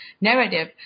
narrative